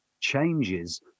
changes